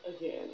again